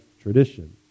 tradition